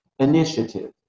Initiative